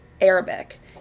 Arabic